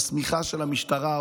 השמיכה של המשטרה,